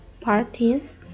parties